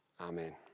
Amen